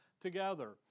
together